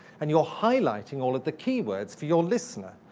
and you're highlighting all of the keywords for your listener,